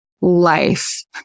life